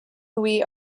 louis